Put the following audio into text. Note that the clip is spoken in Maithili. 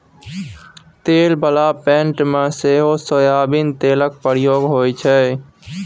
तेल बला पेंट मे सेहो सोयाबीन तेलक प्रयोग होइ छै